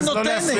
היא הנותנת.